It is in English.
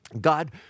God